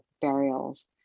burials